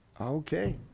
Okay